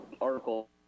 article